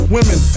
Women